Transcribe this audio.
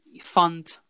fund